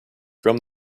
from